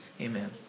amen